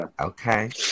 Okay